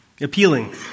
Appealing